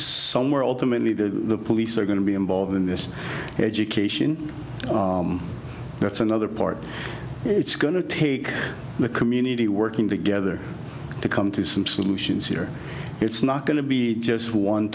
somewhere ultimately the police are going to be involved in this education that's another part it's going to take the community working together to come to some solutions here it's not going to be just one